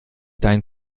deinen